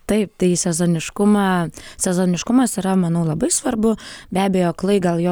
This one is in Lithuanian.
taip tai sezoniškumą sezoniškumas yra manau labai svarbu be abejo aklai gal jo